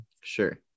Sure